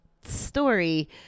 story